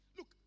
Look